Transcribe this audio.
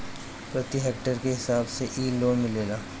प्रति हेक्टेयर के हिसाब से इ लोन मिलेला